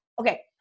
Okay